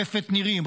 רפת נירים,